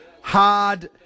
hard